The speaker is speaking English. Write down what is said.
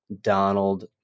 Donald